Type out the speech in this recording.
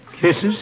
Kisses